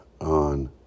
on